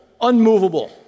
unmovable